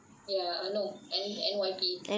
ya eh no N_Y_P